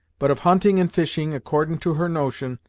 but of hunting and fishing, accordin' to her notion,